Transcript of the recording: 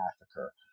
massacre